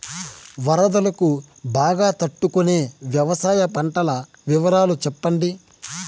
వరదలకు బాగా తట్టు కొనే వ్యవసాయ పంటల వివరాలు చెప్పండి?